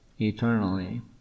eternally